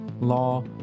Law